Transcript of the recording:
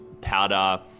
powder